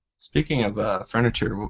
speaking of furniture, but